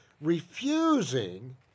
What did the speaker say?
refusing